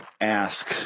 ask